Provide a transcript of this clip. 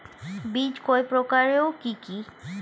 বীজ কয় প্রকার ও কি কি?